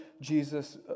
Jesus